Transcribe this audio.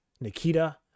Nikita